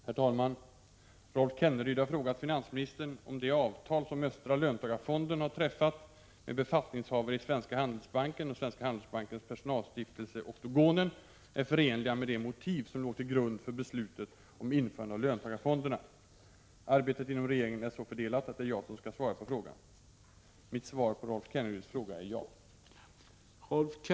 Herr talman! Rolf Kenneryd har frågat finansministern om de avtal som Östra löntagarfonden har träffat med befattningshavare i Svenska Handelsbanken och Svenska Handelsbankens personalstiftelse Oktogonen är förenliga med de motiv som låg till grund för beslutet om införande av löntagarfonderna. Arbetet inom regeringen är så fördelat att det är jag som skall svara på frågan. Mitt svar på Rolf Kenneryds fråga är ja.